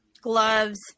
gloves